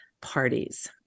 parties